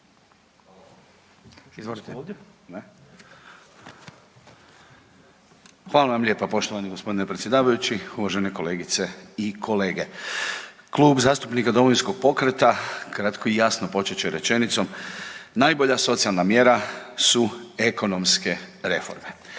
Hvala vam lijepa poštovani g. predsjedavajući. Uvažene kolegice i kolege. Klub zastupnika Domovinskog pokreta kratko i jasno počet će rečenicom, najbolja socijalna mjera su ekonomske reforme.